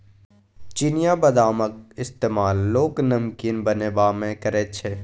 चिनियाबदामक इस्तेमाल लोक नमकीन बनेबामे करैत छै